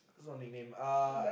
what's your nickname uh